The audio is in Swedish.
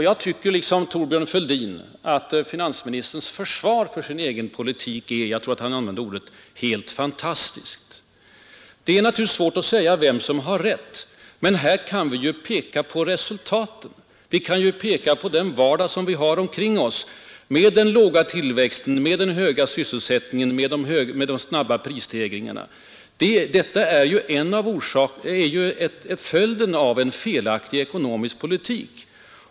Jag tycker liksom Thorbjörn Fälldin att finansministerns försvar för sin egen politik är helt fantastisk — jag tror att herr Fälldin använde det uttrycket. Det är naturligtvis ofta svårt att fastställa vad som är rätt. Men här kan vi ju peka på resultatet. Vi kan ju peka på den vardag som vi lever med, med den låga tillväxten, den höga arbetslösheten, de snabba prisstegringarna. Detta är följder av en felaktig ekonomisk politik.